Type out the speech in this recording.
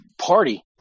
party